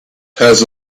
has